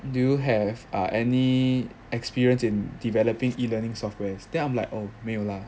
do you have err any experience in developing e-learning software then I'm like oh 没有啦